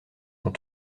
sont